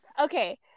okay